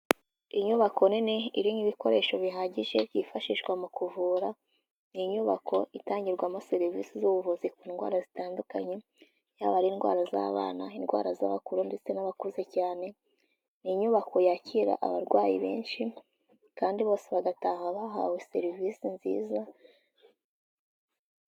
Inyubako nini irimo ibikoresho bihagije byifashishwa mu kuvura, ni inyubako itangirwamo serivisi z'ubuvuzi ku ndwara zitandukanye, yaba ari indwara z'abana, indwara z'abakuru, ndetse n'abakuze cyane, ni inyubako yakira abarwayi benshi, kandi bose bagataha bahawe serivisi nziza.